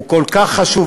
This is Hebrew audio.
הוא כל כך חשוב,